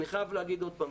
אני חייב להגיד עוד פעם,